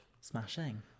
smashing